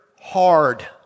hard